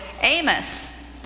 Amos